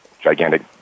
gigantic